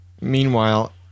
Meanwhile